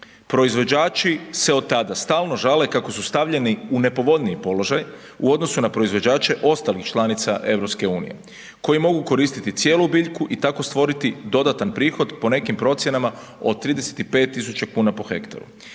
Proizvođači se od tada stalno žale kako su stavljeni u nepovoljniji položaj u odnosu na proizvođače ostalih članica EU koji mogu koristiti cijelu biljku i tako stvoriti dodatan prihod, po nekim procjenama od 35 tisuća kuna po hektaru.